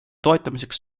toetamiseks